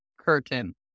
curtain